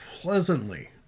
pleasantly